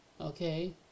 Okay